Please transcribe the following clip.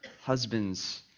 Husbands